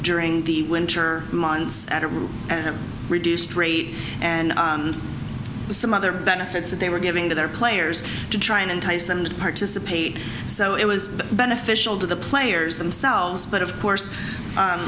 during the winter months at a room and a reduced rate and some other benefits that they were giving to their players to try and entice them to participate so it was beneficial to the players themselves but of course